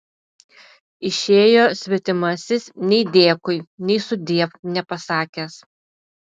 išėjo svetimasis nei dėkui nei sudiev nepasakęs